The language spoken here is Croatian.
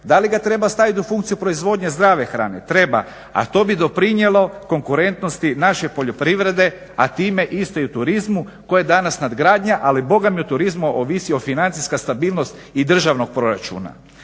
Da li ga treba stavit u funkciju proizvodnje zdrave hrane, treba. A to bi doprinijelo konkurentnosti naše poljoprivrede, a time isto i u turizmu koje … ali u turizmu ovisi financijska stabilnost i državnog proračuna.